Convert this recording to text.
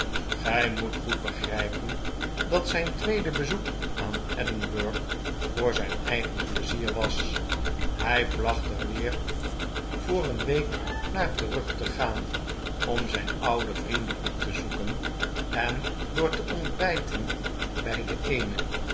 gij moet goed begrijpen dat zijn tweede bezoek aan edinburg voor zijn eigen pleizier was hij placht er weer voor een week naar terug te gaan om zijn oude vrienden op te zoeken en door te ontbijten bij den eene